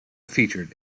featured